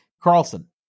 Carlson